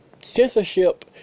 Censorship